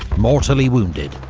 mortally wounded,